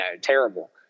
terrible